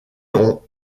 ont